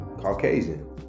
Caucasian